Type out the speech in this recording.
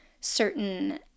certain